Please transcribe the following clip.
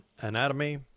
anatomy